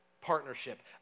partnership